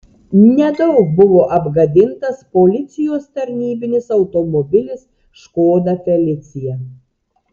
nedaug buvo apgadintas policijos tarnybinis automobilis škoda felicia